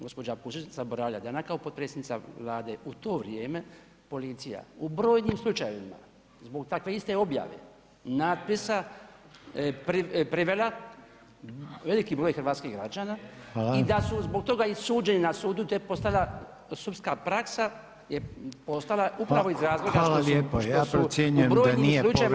Gospođa Pusić zaboravlja da je ona kao potpredsjednica Vlade u to vrijeme, policija u brojnim slučajevima zbog takve iste objave natpisa privela veliki broj hrvatskih građana i da su zbog toga i suđeni na sudu te je postala sudska praksa je postala upravo iz razloga što su